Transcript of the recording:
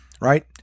right